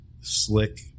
slick